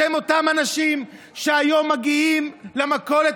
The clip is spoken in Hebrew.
בשם אותם אנשים שהיום מגיעים למכולת